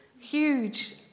huge